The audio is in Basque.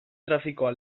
trafikoa